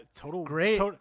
Great